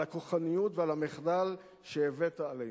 על הכוחניות ועל המחדל שהבאת עלינו.